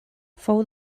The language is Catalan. fou